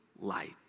light